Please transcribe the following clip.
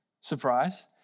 Surprise